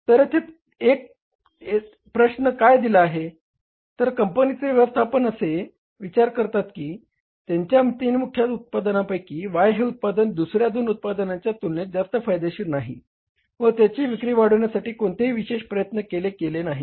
तर येथे प्रश्न काय दिला आहे तर कंपनीचे व्यवस्थापन असे विचार करतात की त्यांच्या तीन मुख्य उत्पादनांपैकी Y हे उत्पादन दुसऱ्या दोन उत्पदनांच्या तुलनेत जास्त फायदेशीर नाही व त्याची विक्री वाढविण्यासाठी कोणतेही विशेष प्रयत्न केले गेले नाहीत